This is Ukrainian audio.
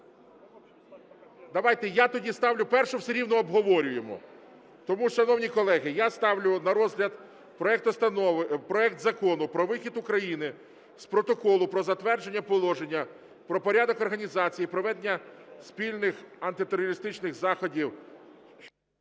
Давайте, я тоді ставлю, першу все рівно обговорюємо. Тому, шановні колеги, я ставлю на розгляд проект Закону про вихід України з Протоколу про затвердження Положення про порядок організації і проведення спільних антитерористичних заходів…